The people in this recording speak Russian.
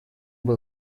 был